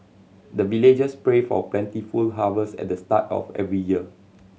the villagers pray for plentiful harvest at the start of every year